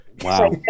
Wow